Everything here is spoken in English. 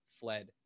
fled